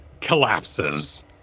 collapses